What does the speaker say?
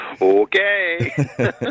Okay